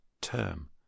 term